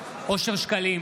אושר שקלים,